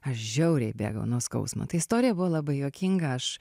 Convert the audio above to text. aš žiauriai bėgau nuo skausmo tai istorija buvo labai juokinga aš